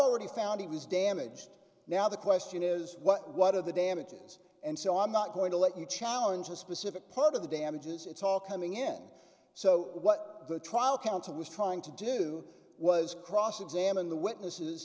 already found it was damaged now the question is what are the damages and so i'm not going to let you challenge a specific part of the damages it's all coming in so what the trial counsel was trying to do was cross examine the witnesses